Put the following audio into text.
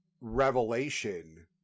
revelation